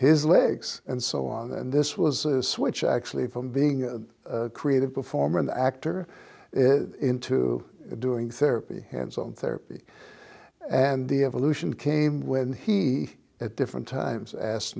his legs and so on and this was a switch actually from being creative performer an actor into doing therapy hands on therapy and the evolution came when he at different times asked